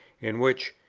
in which,